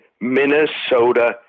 Minnesota